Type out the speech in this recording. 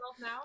now